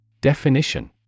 Definition